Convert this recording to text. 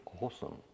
awesome